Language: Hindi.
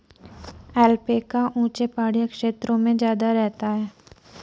ऐल्पैका ऊँचे पहाड़ी क्षेत्रों में ज्यादा रहता है